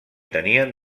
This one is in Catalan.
tenien